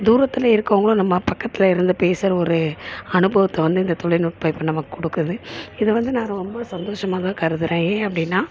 தூரத்தில் இருக்கவங்கள நம்ம பக்கத்தில் இருந்து பேசுகிற ஒரு அனுபவத்தை வந்து இந்த தொழில்நுட்பம் இப்போ நமக்கு கொடுக்குது இதை வந்து நான் ரொம்ப சந்தோஷமாக தான் கருதுகிறேன் ஏன் அப்படின்னா